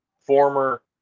former